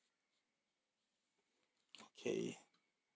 okay